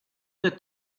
the